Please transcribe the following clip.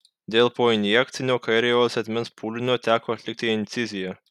dėl poinjekcinio kairiojo sėdmens pūlinio teko atlikti inciziją